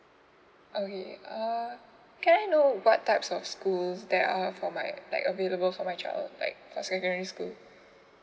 okay uh can I know what types of schools that are for my like available for my child like for secondary school